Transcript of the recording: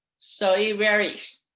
so yeah varies.